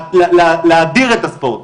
להאדיר את הספורט.